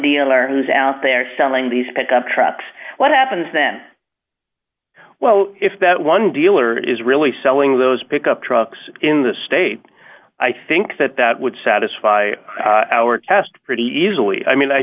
dealer who's out there selling these pickup trucks what happens then well if that one dealer is really selling those pickup trucks in the state i think that that would satisfy our test pretty easily i mean i